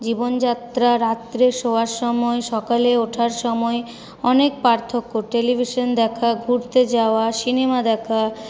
জীবনযাত্রা রাত্রে শোয়ার সময় সকালে ওঠার সময় অনেক পার্থক্য টেলিভিশন দেখা ঘুরতে যাওয়া সিনেমা দেখা